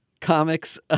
comics